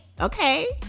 okay